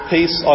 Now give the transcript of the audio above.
Peace